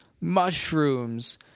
mushrooms